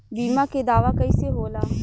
बीमा के दावा कईसे होला?